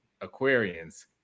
Aquarians